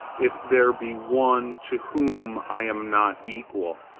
if there be one to whom i am not equal.